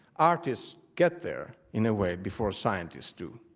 artists get there in a way before scientists do.